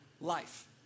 life